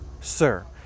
sir